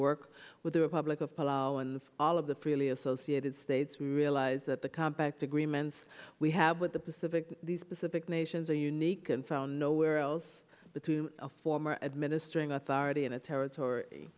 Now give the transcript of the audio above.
work with the republic of palau and all of the freely associated states realize that the compact agreements we have with the pacific these pacific nations are unique and found nowhere else between a former administering authority and a territory